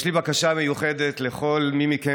יש לי בקשה מיוחדת לכל מי מכם,